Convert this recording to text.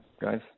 guys